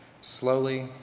slowly